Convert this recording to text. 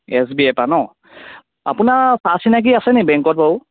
S B I ৰ পৰা ন' আপোনাৰ চা চিনাকি আছেনি বেংকত বাৰু